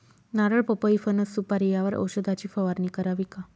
नारळ, पपई, फणस, सुपारी यावर औषधाची फवारणी करावी का?